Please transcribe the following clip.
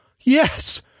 yes